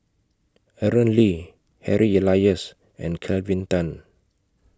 Aaron Lee Harry Elias and Kelvin Tan